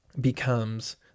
becomes